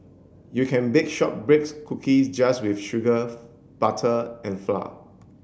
you can bake shortbread's cookies just with sugar butter and flour